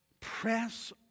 Press